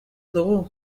dugu